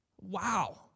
Wow